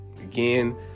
again